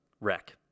wreck